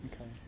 Okay